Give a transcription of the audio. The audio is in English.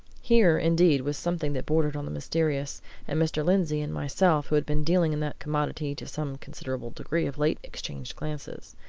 here, indeed, was something that bordered on the mysterious and mr. lindsey and myself, who had been dealing in that commodity to some considerable degree of late, exchanged glances.